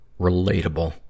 relatable